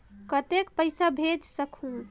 कतेक पइसा भेज सकहुं?